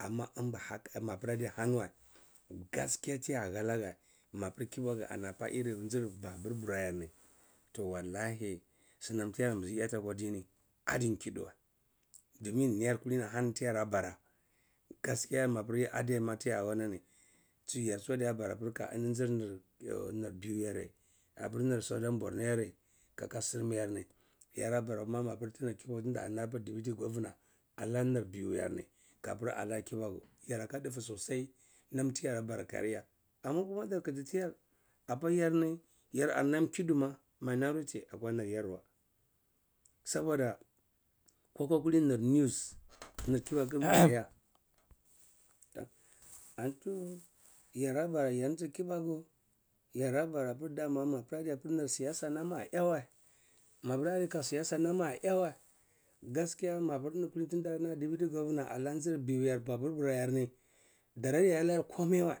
Amma inba haka adiapir ahani wa, gaskiya tiya halegeh mapir kibakuani apa jir babur bura nit toh wallahi sinam tiyarayeh akwa dini adikhidi wa domin niyar kulini ahani tiyara bara gaskiya mapir adai ma tiya hanagni tsu yaradi bara kayar tsu nir biu gardi apir nir southern borno yareh kaka sirmi yerehni yara bara ma mapir tinar kibaku tindalah dubidy governna a abh nir biu yarni, kapir alah nir kibaku yanka difu sosai nam tiyara loara kayar yar, amma dar khiti tiyar apa yar ni yarn am khidi ma mainority akwa nir yarwa soboda koakwa kulini nir news nir kibaku toh antu yarada bara nam ti kibaku yarabara pir dama mapir adai apir nam siyasa nam-ah yaneh, mapir adinam siya san am ayaweh, gaskiya mapir eni kulini tin tara naya deputy governor alah njir biu you babur bura ni darayanayhel komi wa,